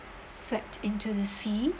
swept into the sea